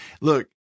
look